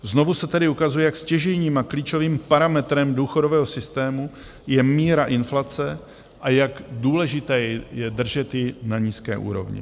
Znovu se tedy ukazuje, jak stěžejním a klíčovým parametrem důchodového systému je míra inflace a jak důležité je držet ji na nízké úrovni.